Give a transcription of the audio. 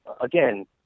again